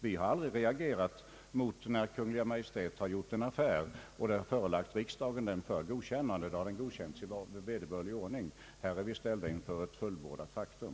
Vi har aldrig reagerat emot att Kungl. Maj:t gjort en affär som sedan förelagts riksdagen för godkännande i vanlig ordning. Här är vi ställda inför ett fullbordat faktum.